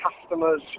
customers